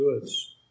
goods